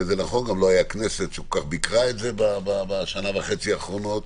גם לא היתה כנסת שכל כך ביקרה את זה בשנה וחצי האחרונות,